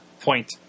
point